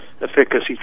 efficacy